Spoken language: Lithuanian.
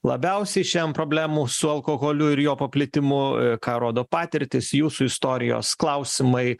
labiausiai šian problemų su alkoholiu ir jo paplitimu ką rodo patirtys jūsų istorijos klausimai